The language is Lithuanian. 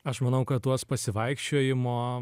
aš manau kad tuos pasivaikščiojimo